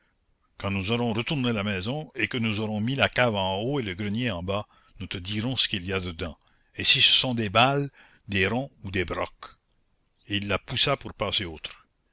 quand nous aurons retourné la maison et que nous aurons mis la cave en haut et le grenier en bas nous te dirons ce qu'il y a dedans et si ce sont des balles des ronds ou des broques et il la poussa pour passer outre